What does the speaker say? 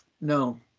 No